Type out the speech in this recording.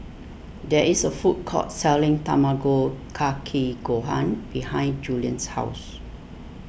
there is a food court selling Tamago Kake Gohan behind Julian's house